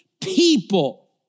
people